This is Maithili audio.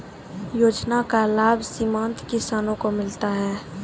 योजना का लाभ सीमांत किसानों को मिलता हैं?